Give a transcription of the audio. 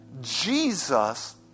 Jesus